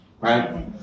right